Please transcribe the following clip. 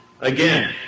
Again